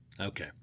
Okay